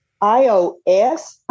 iOS